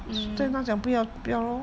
mm